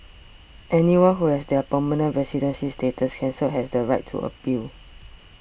anyone who has their permanent residency status cancelled has the right to appeal